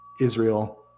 Israel